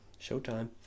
showtime